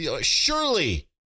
Surely